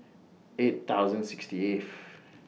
eight thousand sixty eighth